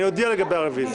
אני אודיע לגבי הרוויזיה.